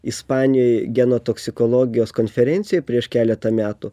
ispanijoj genotoksikologijos konferencijoj prieš keletą metų